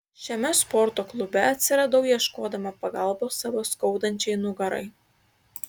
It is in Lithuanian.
šiame sporto klube atsiradau ieškodama pagalbos savo skaudančiai nugarai